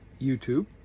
YouTube